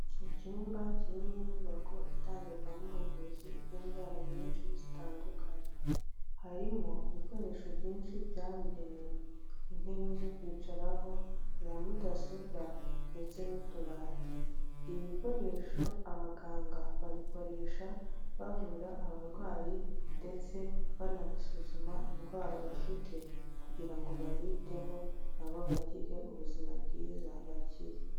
Icyumba kiri mu nyubako itangirwamo ubuvuzi bw'indwara nyinshi zitandukanye harimo ibikoresho byinshi byabugenewe intebe zo kwicaraho, za mudasobwa ndetse n'utubati ibi bikoresho abaganga babikoresha bavura abarwayi ndetse banabasuzuma indwara bafite kugira ngo babiteho nabo bagire ubuzima bwiza bakire.